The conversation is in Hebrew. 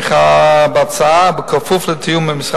אני תמכתי בהצעה כי עת לעשות לה' הפירו